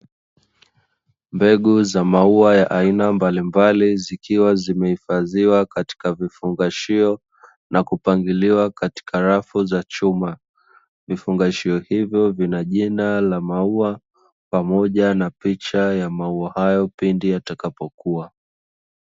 Mbegu za maua ya aina mbalimbali zikiwa zimehifadhiwa katika vifungashio na kupangiliwa katika rafu za chuma. Vifungashio hivyo vina jina la maua pamoja na picha ya maua hayo pindi yatakapokua.